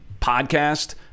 podcast